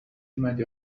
اومدی